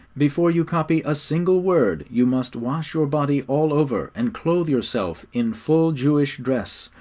before you copy a single word you must wash your body all over, and clothe yourself in full jewish dress,